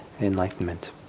enlightenment